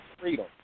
freedom